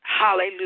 Hallelujah